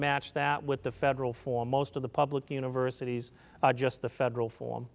match that with the federal form most of the public universities just the federal form